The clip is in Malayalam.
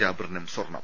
ജാബിറിനും സ്വർണം